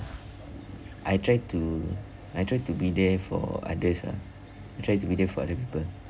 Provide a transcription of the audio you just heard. I try to I try to be there for others ah I try to be there for other poeple